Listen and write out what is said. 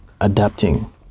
adapting